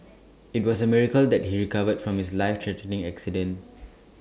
IT was A miracle that he recovered from his life threatening accident